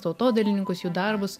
tautodailininkus jų darbus